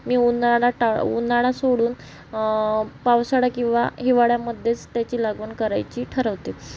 मी उन्हाळा टा उन्हाळा सोडून पावसाळा किंवा हिवाळ्यामध्येच त्याची लागवण करायची ठरवते